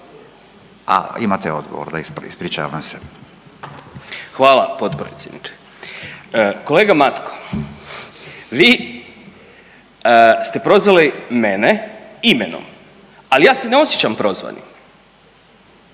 A imate odgovor da, ispričavam se. **Totgergeli, Miro (HDZ)** Hvala potpredsjedniče. Kolega Matko vi ste prozvali mene imenom, ali ja se ne osjećam prozvanim